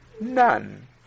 none